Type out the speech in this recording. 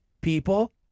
people